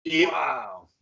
Wow